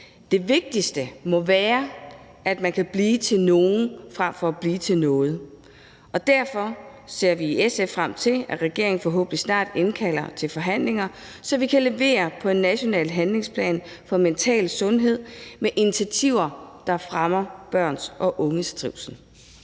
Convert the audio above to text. Det vigtigste må være, at man kan blive til nogen i stedet for at blive til noget. Derfor ser vi i SF frem til, at regeringen forhåbentlig snart indkalder til forhandlinger, så vi kan levere på en national handlingsplan for mental sundhed med initiativer, der fremmer børn og unges trivsel.